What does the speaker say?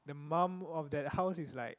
the mum of that house is like